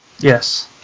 yes